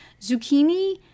Zucchini